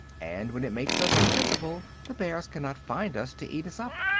and when it makes us invisible the bears cannot find us to eat us up.